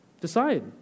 Decide